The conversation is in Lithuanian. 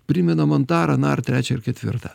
primena man tą ar aną ar trečią ar ketvirtą